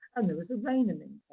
and there is a rainham in